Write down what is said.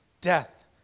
Death